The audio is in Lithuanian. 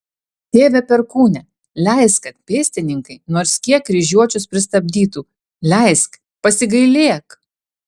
tėve perkūne leisk kad pėstininkai nors kiek kryžiuočius pristabdytų leisk pasigailėk